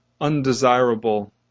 undesirable